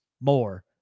more